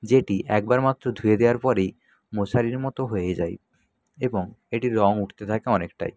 যেটি একবার মাত্র ধুয়ে দেওয়ার পরেই মশারির মতো হয়ে যায় এবং এটির রঙ উঠতে থাকে অনেকটাই